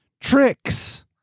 Tricks